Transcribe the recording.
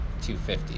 250